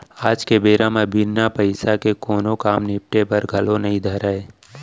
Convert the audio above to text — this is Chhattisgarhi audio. आज के बेरा म बिना पइसा के कोनों काम निपटे बर घलौ नइ धरय